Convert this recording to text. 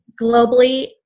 globally